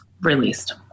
released